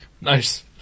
Nice